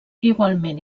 igualment